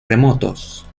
remotos